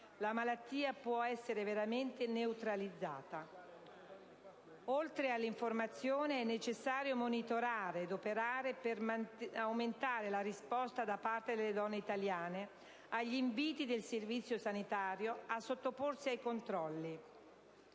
la malattia può essere veramente neutralizzata. In secondo luogo, è necessario monitorare ed operare per aumentare la risposta da parte delle donne italiane agli inviti del Servizio sanitario a sottoporsi ai controlli.